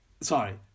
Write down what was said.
sorry